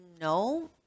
no